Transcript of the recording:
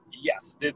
Yes